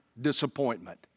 Disappointment